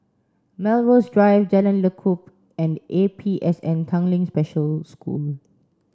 Melrose Drive Jalan Lekub and A P S N Tanglin Special School